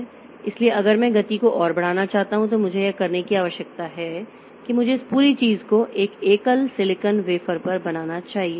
इसलिए अगर मैं गति को और बढ़ाना चाहता हूं तो मुझे यह करने की आवश्यकता है कि मुझे इस पूरी चीज को एक एकल सिलिकॉन वेफर पर बनाना चाहिए